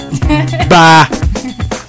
Bye